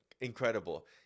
incredible